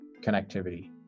connectivity